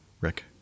Rick